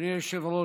אדוני היושב-ראש,